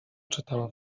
czytała